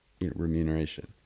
remuneration